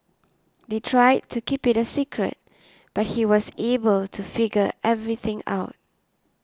they tried to keep it a secret but he was able to figure everything out